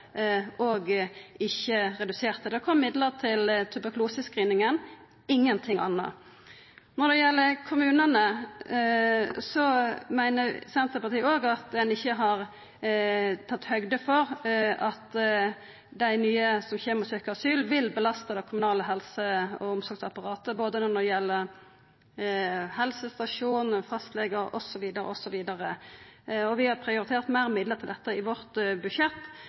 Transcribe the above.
ikkje redusert det. Det kom midlar til tuberkulose-screeninga, ingenting anna. Når det gjeld kommunane, meiner Senterpartiet òg at ein ikkje har tatt høgd for at dei nye som kjem og søkjer asyl, vil belasta det kommunale helse- og omsorgsapparatet, både når det gjeld helsestasjonar, fastlegar osv. Vi har prioritert meir midlar til dette i vårt budsjett.